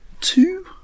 Two